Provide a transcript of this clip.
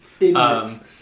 Idiots